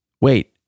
wait